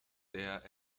der